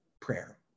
prayer